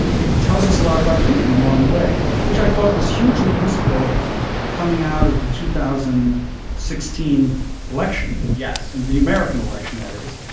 it tells us a lot about putin along the way, which i thought was hugely useful coming out of the two thousand sixteen election. yes. and the american election, that is.